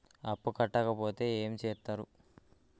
అప్పు కట్టకపోతే ఏమి చేత్తరు?